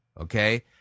Okay